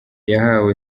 yahawe